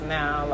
now